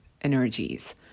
energies